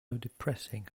depressing